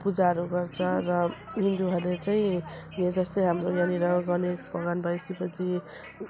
पूजाहरू गर्छ र हिन्दूहरूले चाहिँ यो जस्तै हाम्रो यहाँनिर गणेश भगवान् भयो शिवजी